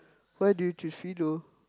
why do you choose Fiido